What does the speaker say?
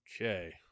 Okay